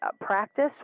practice